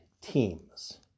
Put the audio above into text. teams